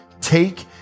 take